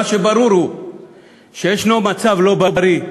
מה שברור הוא שיש מצב לא בריא,